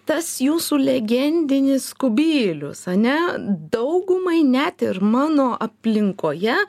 tas jūsų legendinis kubylius ane daugumai net ir mano aplinkoje